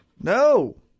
No